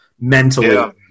mentally